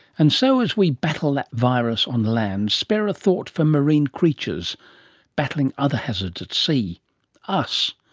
and so as we battle that virus on land, spare a thought for marine creatures battling other hazards at sea us.